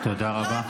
תודה רבה.